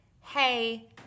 hey